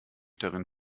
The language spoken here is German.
darin